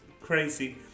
crazy